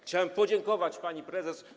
Chciałem podziękować pani prezes.